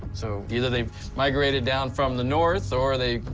so either they migrated down from the north or they,